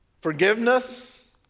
forgiveness